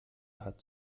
hat